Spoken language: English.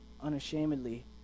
unashamedly